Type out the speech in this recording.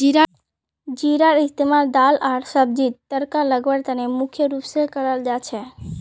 जीरार इस्तमाल दाल आर सब्जीक तड़का लगव्वार त न मुख्य रूप स कराल जा छेक